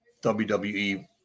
WWE